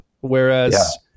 whereas